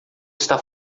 está